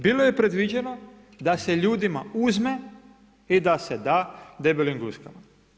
Bilo je predviđeno da se ljudima uzme i da se da debelim guskama.